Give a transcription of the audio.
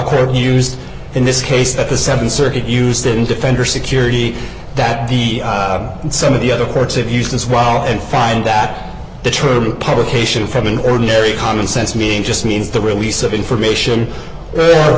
quote used in this case that the seven circuit used in defender security that the some of the other courts have used as well and found that the true publication from an ordinary common sense meaning just means the release of information or